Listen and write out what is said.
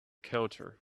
counter